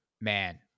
man